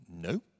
No